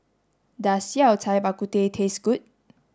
does Yao Cai Bak Kut Teh taste good